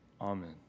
Amen